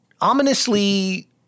ominously